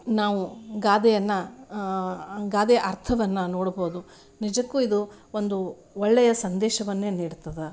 ನಾವು ಗಾದೆಯನ್ನು ಗಾದೆಯ ಅರ್ಥವನ್ನು ನೋಡಬಹುದು ನಿಜಕ್ಕೂ ಇದು ಒಂದು ಒಳ್ಳೆಯ ಸಂದೇಶವನ್ನೇ ನೀಡ್ತದೆ